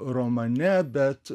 romane bet